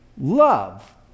love